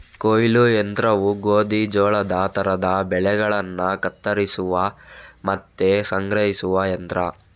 ಕೊಯ್ಲು ಯಂತ್ರವು ಗೋಧಿ, ಜೋಳದ ತರದ ಬೆಳೆಗಳನ್ನ ಕತ್ತರಿಸುವ ಮತ್ತೆ ಸಂಗ್ರಹಿಸುವ ಯಂತ್ರ